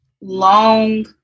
long